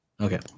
Okay